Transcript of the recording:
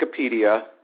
Wikipedia